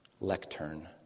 lectern